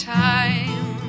time